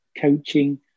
coaching